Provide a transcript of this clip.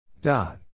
Dot